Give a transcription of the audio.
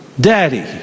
Daddy